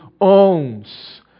owns